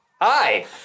Hi